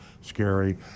scary